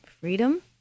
freedom